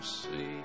see